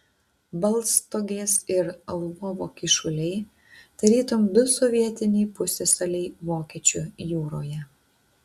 baltstogės ir lvovo kyšuliai tarytum du sovietiniai pusiasaliai vokiečių jūroje